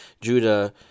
Judah